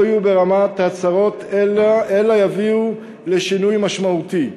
יהיו ברמת ההצהרות אלא יביאו לשינוי משמעותי.